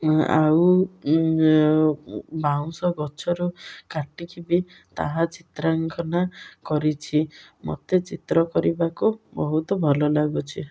ଆଉ ବାଉଁଶ ଗଛରୁ କାଟିକି ବି ତାହା ଚିତ୍ରାଙ୍କନ କରିଛି ମୋତେ ଚିତ୍ର କରିବାକୁ ବହୁତ ଭଲ ଲାଗୁଛି